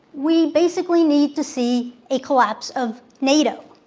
we basically need to see a collapse of nato.